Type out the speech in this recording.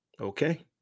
okay